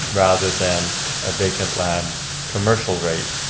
rather than a vacant land commercial rate.